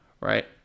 right